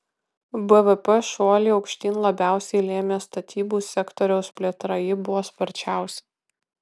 bvp šuolį aukštyn labiausiai lėmė statybų sektoriaus plėtra ji buvo sparčiausia